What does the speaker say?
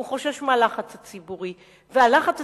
הוא חושש מהלחץ הציבורי, והלחץ הציבורי,